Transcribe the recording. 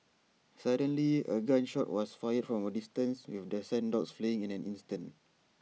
suddenly A gun shot was fired from A distance with the sent dogs fleeing in an instant